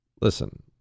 Listen